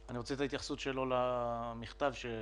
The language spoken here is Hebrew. ואנחנו בקשר עם ראשי המועצות המקומיות הערביות ועם ועד ראשי